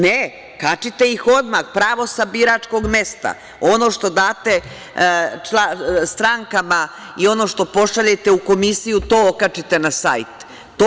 Ne, kačite ih odmah pravo sa biračkog mesta, ono što date strankama i ono što pošaljete u Komisiju, to okačite na sajt.